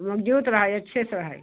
मज़बूत रहे अच्छे से रहे